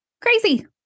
Crazy